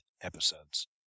episodes